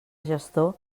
gestor